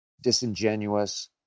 disingenuous